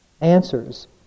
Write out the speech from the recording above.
answers